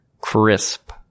crisp